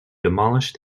demolish